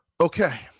Okay